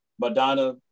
Madonna